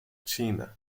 china